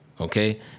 okay